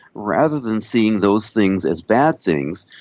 rather than seeing those things as bad things,